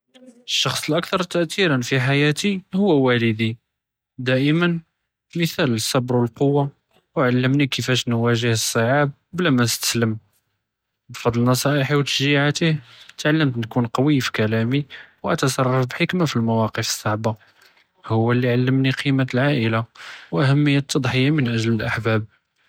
שخص אכתר תאת'יראן פ־חיאתי הוא ואלדי, דּאאִמַאן לי ח'אל סבר ואלקּוַה ועלמני כיפאש נואג'ה אלצעאב בּלא מןסתסלם, בפדל נוצאאחה ותשג'יעאתה תעלמת נכּון קוי פ־כלאמי ואתצרפ בחִכמה פ־אלמואקף אלצעיבה, הוא לעלמני קִימַת אלעאִלה ואהמִית תדהִיה באלניסבה לִלאחְבּאב.